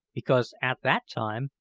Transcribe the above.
because at that time,